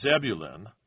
Zebulun